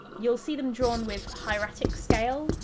you'll see them drawn with hieratic scale,